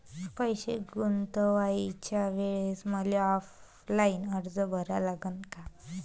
पैसे गुंतवाच्या वेळेसं मले ऑफलाईन अर्ज भरा लागन का?